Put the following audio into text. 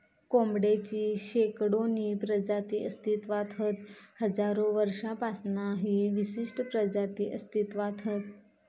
कोंबडेची शेकडोनी प्रजाती अस्तित्त्वात हत हजारो वर्षांपासना ही विशिष्ट प्रजाती अस्तित्त्वात हत